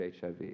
HIV